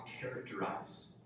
characterize